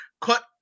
cut